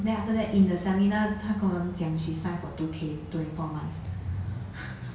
then after that in the seminar 她跟我们讲 she signed for two K twenty four months